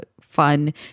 fun